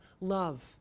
love